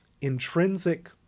intrinsic